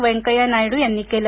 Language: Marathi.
वेंकय्या नायडू यांनी केलं